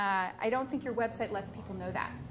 d i don't think your website lets people know that